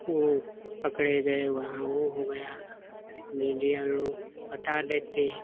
वह पकड़े गए वहाँ वह हो गया मीडिया लोग बता देती हैं